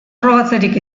frogatzerik